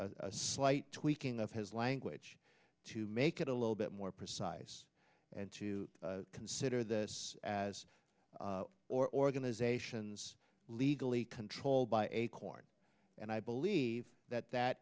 a slight tweaking of his language to make it a little bit more precise and to consider this as organizations legally controlled by a court and i believe that that